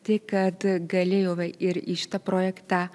tai kad galėjome ir į šitą projektą